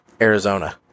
Arizona